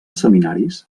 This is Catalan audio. seminaris